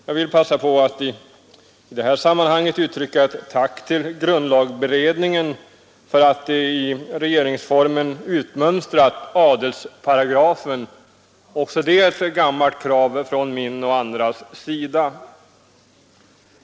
Jag vill passa på att i detta sammanhang uttrycka ett tack till grundlagberedningen för att den i regeringsformen utmönstrat adelsparagrafen, också det ett gammalt krav från min och andras sida.